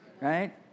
right